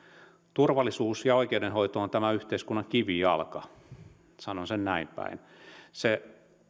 turvallisuus ja oikeudenhoito on tämän yhteiskunnan kivijalka sanon sen näin päin se